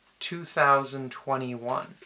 2021